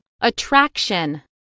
Attraction